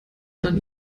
dann